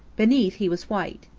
beneath he was white.